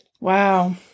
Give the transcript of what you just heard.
Wow